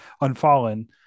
unfallen